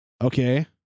Okay